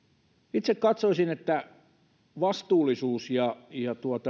itse katsoisin että vastuullisuus ja ja